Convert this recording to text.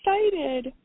excited